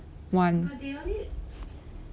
one